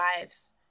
lives